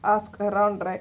ask around right